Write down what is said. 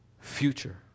future